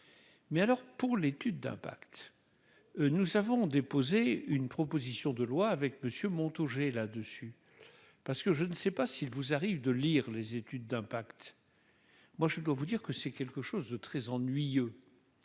mais alors pour l'étude d'impact, nous avons déposé une proposition de loi avec monsieur Montaugé là-dessus parce que je ne sais pas s'il vous arrive de lire les études d'impact moi je dois vous dire que c'est quelque chose de très ennuyeux,